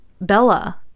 Bella